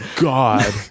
god